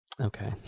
okay